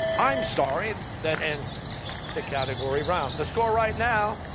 i'm sorry. that ends the category round. the score right now,